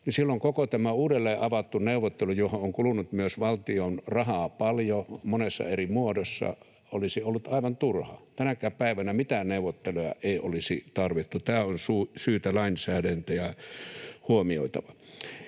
silloin koko tämä uudelleen avattu neuvottelu, johon on kulunut myös valtion rahaa paljon, monessa eri muodossa, olisi ollut aivan turha. Tänäkään päivänä millekään neuvotteluille ei olisi tarvetta — tämä on syytä lainsäätäjän huomioida.